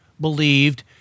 believed